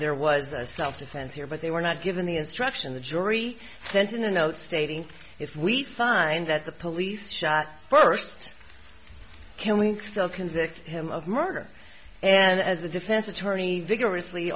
there was a self defense here but they were not given the instruction the jury sent in a note stating if we find that the police shot first killing still convict him of murder and as the defense attorney vigorously